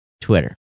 Twitter